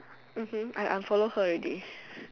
okay I'm I'm follow her already